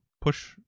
push